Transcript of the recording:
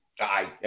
Aye